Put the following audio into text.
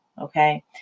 Okay